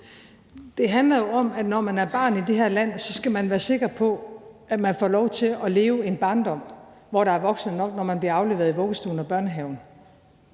Det handler om, at når man er barn i det her land, skal man være sikker på, at man får lov til at leve en barndom, hvor der er voksne nok, når man bliver afleveret i vuggestuen og børnehaven,